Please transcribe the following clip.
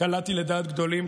קלעתי לדעת גדולים,